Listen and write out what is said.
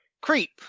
creep